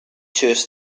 choose